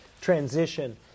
transition